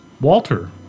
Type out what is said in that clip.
Walter